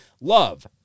Love